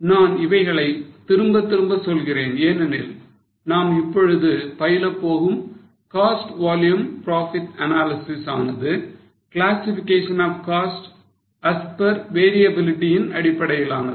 நான் இவைகளை திரும்பத் திரும்ப சொல்கிறேன் ஏனெனில் நாம் இப்பொழுது பயில போகும் cost volume profit analysis ஆனது classification of cost as per variability ன் அடிப்படையிலானது